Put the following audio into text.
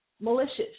malicious